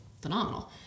phenomenal